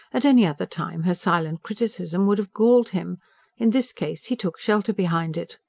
at any other time her silent criticism would have galled him in this case, he took shelter behind it.